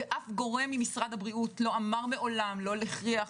אף גורם במשרד הבריאות לא אמר מעולם לא הכריח,